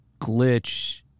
Glitch